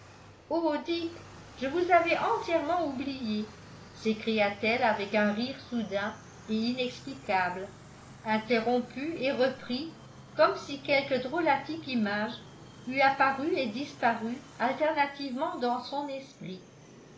je vous avais entièrement oublié s'écria-t-elle avec un rire soudain et inexplicable interrompu et repris comme si quelque drolatique image eût apparu et disparu alternativement dans son esprit